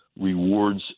rewards